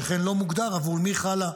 שכן לא מוגדר עבור מי חלה.